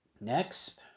next